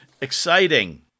Exciting